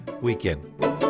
weekend